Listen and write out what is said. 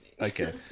okay